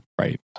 right